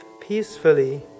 peacefully